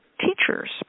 teachers